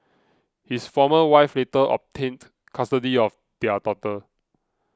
his former wife later obtained custody of their daughter